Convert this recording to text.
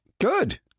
Good